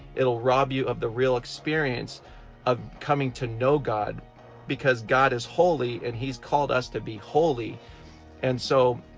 it'll rob you of the real experience of coming to know god because god is holy and he's called us to be holy and so